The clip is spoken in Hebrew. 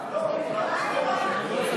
ההצבעה.